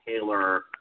Taylor